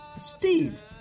Steve